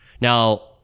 Now